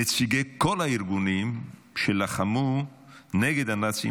נציגי כל הארגונים שלחמו נגד הנאצים